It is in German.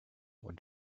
und